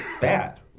bad